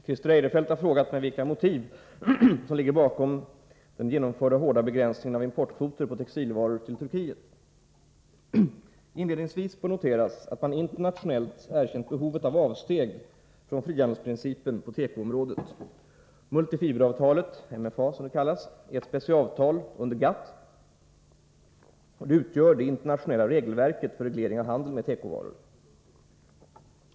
Herr talman! Christer Eirefelt har frågat mig vilka motiv som ligger bakom den genomförda hårda begränsningen av importkvoter på textilvaror från Turkiet. Inledningsvis bör noteras att man internationellt erkänt behovet av avsteg från frihandelsprincipen på tekoområdet. Multifiberavtalet , som är ett specialavtal under GATT, utgör det internationella regelverket för reglering av handeln med tekovaror.